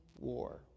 war